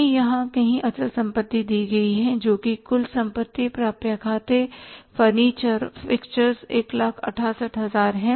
हमें यहां कहीं अचल संपत्ति दी गई है जोकि कुल संपत्ति प्राप्य खाते फर्नीचर और फिक्सचर्स 168000 हैं